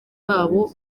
babo